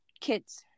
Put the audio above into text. kids